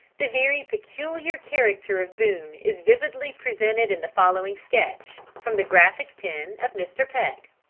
the very peculiar character of boone is vividly presented in the following sketch, from the graphic pen of mr. peck